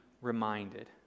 reminded